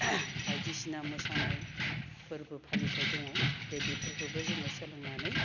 बायदिसिना मोसानाय फोरबो फालिथाय दङ दि बेफोरखौबो जोङो सोलोंनानै